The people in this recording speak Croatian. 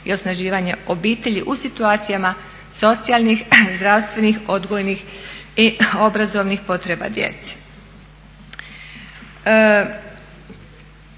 i osnaživanje obitelji u situacijama socijalnih, zdravstvenih, odgojnih i obrazovanih potreba djece.